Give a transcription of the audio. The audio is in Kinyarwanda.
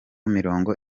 mirongo